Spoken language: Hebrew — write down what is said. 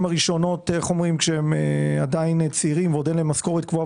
אני רוצה לומר שמאז הדיון האחרון שהיה בעניין הזה לפני שנה פלוס מינוס,